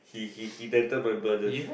he he he dented my brothers